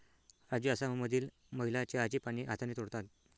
राजू आसाममधील महिला चहाची पाने हाताने तोडतात